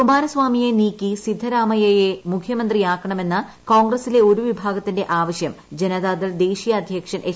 കുമാരസ്വാമിയെ നീക്കി സിദ്ധരാമയ്യെ മുഖ്യമന്ത്രിയാക്കണമെന്ന കോൺഗ്രസ്സിലെ ഒരു വിഭാഗത്തിന്റെ ആവശൃം ജനതാദൾ ദേശീയ അദ്ധ്യക്ഷൻ എച്ച്